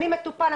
הם מטופלים,